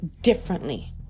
differently